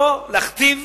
לא להכתיב